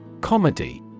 Comedy